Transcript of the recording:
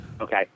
Okay